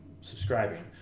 subscribing